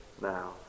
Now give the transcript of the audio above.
now